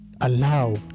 allow